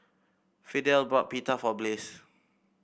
Fidel bought Pita for Bliss